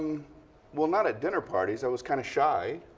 well not at dinner parties. i was kind of shy.